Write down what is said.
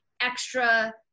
extra